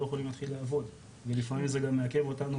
יכולים להתחיל לעבוד ולפעמים זה גם מעכב אותנו